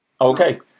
Okay